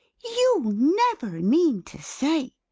you never mean to say,